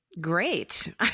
great